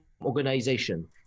organization